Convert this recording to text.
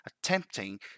attempting